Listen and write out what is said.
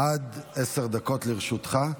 עד עשר דקות לרשותך.